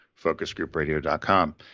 focusgroupradio.com